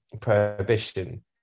prohibition